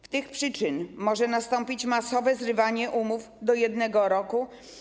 Z tych przyczyn może nastąpić masowe zrywanie umów do 1 roku.